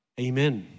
amen